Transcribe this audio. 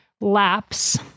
laps